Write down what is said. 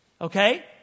okay